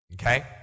Okay